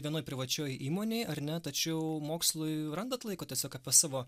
vienoj privačioj įmonėj ar ne tačiau mokslui randat laiko tiesiog apie savo